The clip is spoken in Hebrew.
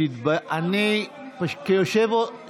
ממשלה מקוללת שקמה מן, של אויבי ישראל.